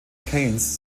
keynes